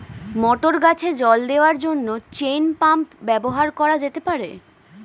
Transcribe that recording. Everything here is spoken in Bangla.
মটর গাছে জল দেওয়ার জন্য চেইন পাম্প ব্যবহার করা যেতে পার?